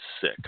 sick